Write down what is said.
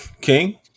King